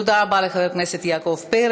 תודה רבה לחבר הכנסת יעקב פרי.